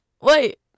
Wait